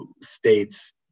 states